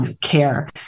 care